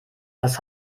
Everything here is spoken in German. das